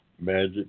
magic